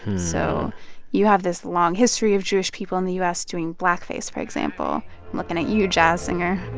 so you have this long history of jewish people in the u s. doing blackface, for example. i'm looking at you, jazz singer